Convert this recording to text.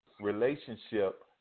relationship